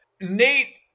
Nate